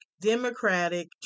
democratic